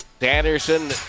Anderson